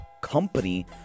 company